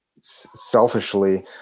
selfishly